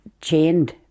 chained